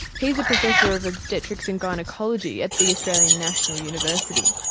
he's a professor of obstetrics and gynaecology at the australian national university.